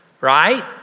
right